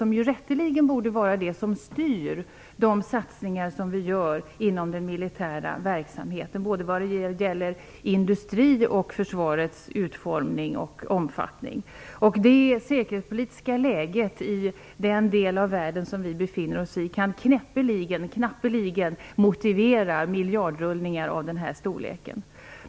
Det borde rätteligen vara det som styr de satsningar som vi gör inom den militära verksamheten, både när det gäller industrin och när det gäller försvarets utformning och omfattning. Det säkerhetspolitiska läget i den del av världen där vi befinner oss kan näppeligen motivera miljardrullningar av den här storleken.